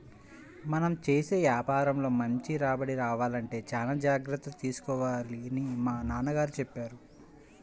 మనం చేసే యాపారంలో మంచి రాబడి రావాలంటే చానా జాగర్తలు తీసుకోవాలని మా నాన్న చెప్పారు